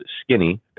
skinny